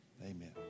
Amen